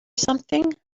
something